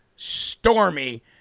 Stormy